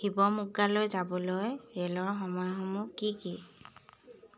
শিৱমোগ্গালৈ যাবলৈ ৰে'লৰ সময়সমূহ কি কি